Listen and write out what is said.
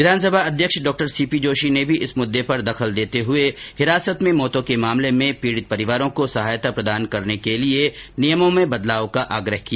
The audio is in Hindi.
विधानसभा अध्यक्ष डॉ सीपी जोशी ने भी इस मुददे पर दखल देते हुए हिरासत में मौतों के मामले में पीड़ित परिवारों को सहायता प्रदान करने के लिए नियमों में बदलाव का आग्रह किया